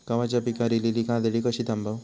गव्हाच्या पिकार इलीली काजळी कशी थांबव?